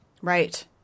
Right